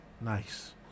nice